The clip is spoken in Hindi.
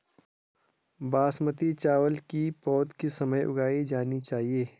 बासमती चावल की पौध किस समय उगाई जानी चाहिये?